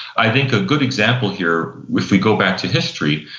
i think a good example here, if we go back to history,